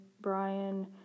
Brian